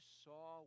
saw